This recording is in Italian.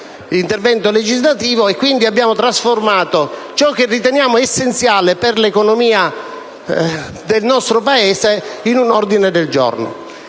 intervento legislativo e, quindi, abbiamo trasformato ciò che riteniamo essenziale per l'economia del nostro Paese in ordine del giorno.